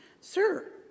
Sir